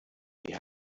die